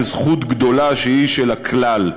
יש זכות גדולה שהיא של הכלל,